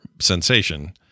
sensation